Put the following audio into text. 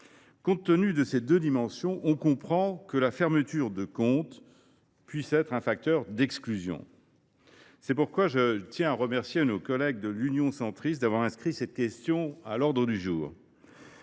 Compte tenu de ces deux dimensions, on comprend que la fermeture de compte puisse être un facteur d’exclusion. C’est pourquoi je remercie nos collègues du groupe Union Centriste d’avoir inscrit ce texte à l’ordre du jour.